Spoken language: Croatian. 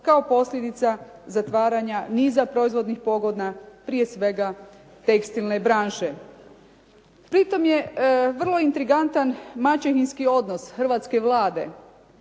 kao posljedica zatvaranja niza proizvodnih pogona, prije svega tekstilne branše. Pri tome je vrlo intrigantan maćehinski odnos hrvatske Vlade